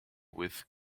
with